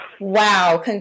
Wow